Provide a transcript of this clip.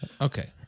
Okay